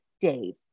Dave